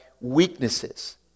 weaknesses